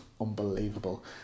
unbelievable